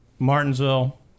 Martinsville